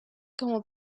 como